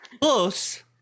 Plus